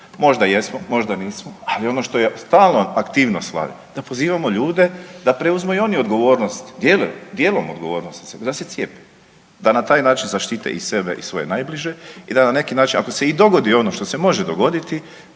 Možda jesmo, možda nismo. Ali ono što je stalna aktivnost Vlade da pozivamo ljude da preuzmu i oni odgovornost, dijelom odgovornost da se cijepe, da na taj način zaštite i sebe i svoje najbliže. I da na neki način ako se i dogodi ono što se može dogoditi